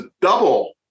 double